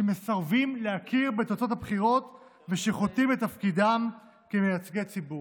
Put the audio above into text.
שמסרבים להכיר בתוצאות הבחירות ושחוטאים לתפקידם כמייצגי ציבור.